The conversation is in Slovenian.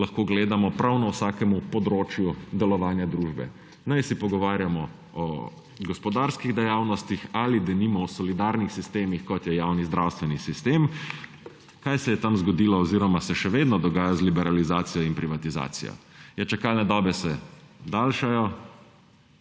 lahko gledamo prav na vsakem področju delovanja družbe, najsi se pogovarjamo o gospodarskih dejavnostih ali, denimo, o solidarnih sistemih, kot je javni zdravstveni sistem. Kaj se je tam zgodilo oziroma se še vedno dogaja z liberalizacijo in privatizacijo? Ja, čakalne dobe se daljšajo,